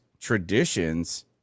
traditions